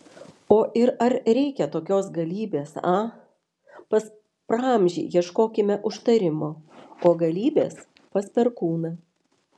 o ir ar reikia tokios galybės a pas praamžį ieškokime užtarimo o galybės pas perkūną